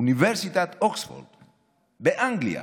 אוניברסיטת אוקספורד באנגליה,